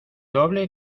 doble